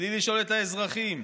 בלי לשאול את האזרחים.